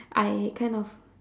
I kind of